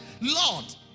Lord